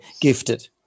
gifted